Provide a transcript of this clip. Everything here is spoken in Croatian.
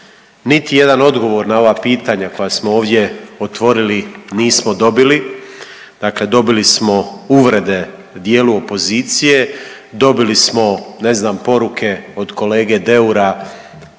Niti jedan odgovor na ova pitanja koja smo ovdje otvorili nismo dobili, dakle dobili smo uvrede dijelu opozicije, dobili smo, ne znam, poruke od kolege Deura